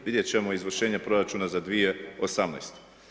Vidjeti ćemo izvršenje proračuna za 2018.